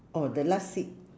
oh the last seat